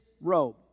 robe